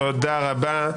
תודה רבה.